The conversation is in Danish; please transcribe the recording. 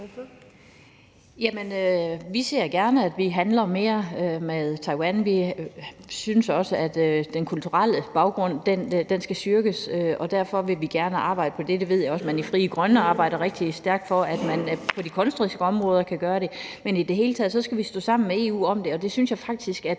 Vi ser gerne, at man handler mere med Taiwan. Vi synes også, at den kulturelle baggrund skal styrkes, og derfor vil vi gerne arbejde for det, og jeg ved også, at man i Frie Grønne arbejder rigtig stærkt for, at man på de kunstneriske områder kan gøre det. Men i det hele taget skal vi stå sammen i EU om det, og det synes jeg faktisk er